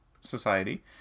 society